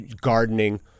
gardening